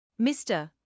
Mr